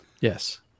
Yes